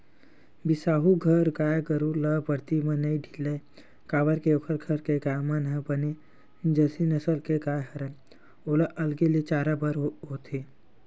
बिसाहू घर गाय गरु ल बरदी म नइ ढिलय काबर के ओखर घर के गाय मन ह बने जरसी नसल के गाय हरय ओला अलगे ले चराय बर होथे